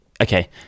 okay